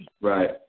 Right